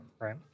right